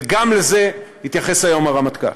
וגם לזה התייחס היום הרמטכ"ל.